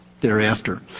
thereafter